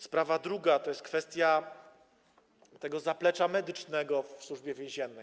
Sprawa druga to jest kwestia tego zaplecza medycznego w Służbie Więziennej.